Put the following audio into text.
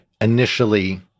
initially